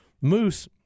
Moose